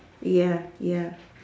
ya ya